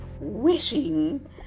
wishing